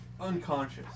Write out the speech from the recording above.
Unconscious